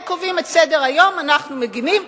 הם קובעים את סדר-היום, אנחנו מגינים.